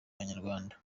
banyarwanda